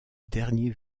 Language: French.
dernier